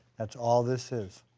that's all this is.